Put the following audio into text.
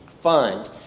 Fund